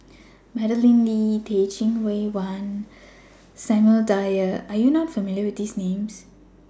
Madeleine Lee Teh Cheang Wan and Samuel Dyer Are YOU not familiar with These Names